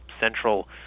central